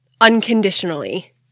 unconditionally